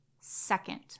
second